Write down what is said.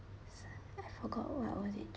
sorry I forgot what was it